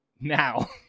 now